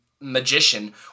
magician